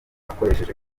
akoresheje